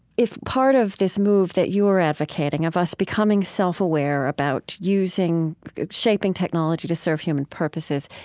if part of this move that you are advocating, of us becoming self-aware about using shaping technology to serve human purposes,